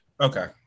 Okay